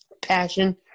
Passion